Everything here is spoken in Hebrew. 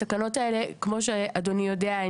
התקנות האלה כמו שאדוני יודע,